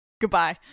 goodbye